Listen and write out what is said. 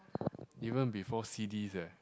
even before C_Ds eh